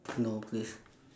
no please